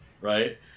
right